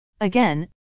Again